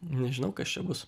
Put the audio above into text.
nežinau kas čia bus